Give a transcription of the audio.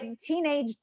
teenage